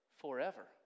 forever